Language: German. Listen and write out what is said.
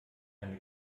eine